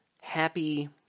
happy